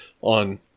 on